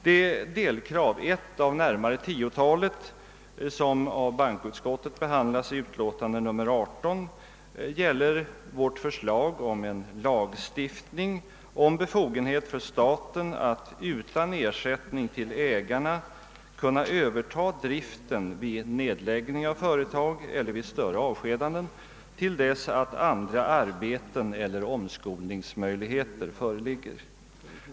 Det delkrav, nr 1 av närmare ett tiotal, som av bankoutskottet behandlas i dess utlåtande nr 18, gäller vårt förslag om en lagstiftning om befogenhet för staten att, utan ersättning till ägarna, överta driften vid nedläggning av företag eller vid större avskedanden, till dess att andra arbeten eller omskolningsmöjligheter föreligger.